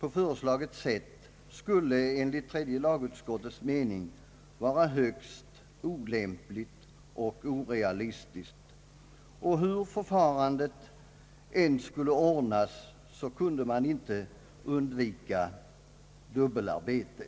på föreslaget sätt skulle enligt tredje lagutskottets mening vara högst olämpligt och orealistiskt. Hur förfarandet än skulle ordnas, kunde man inte undvika dubbelarbete.